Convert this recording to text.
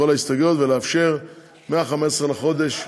ההסתייגויות ולאפשר מ-15 בחודש,